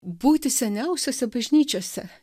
būti seniausiose bažnyčiose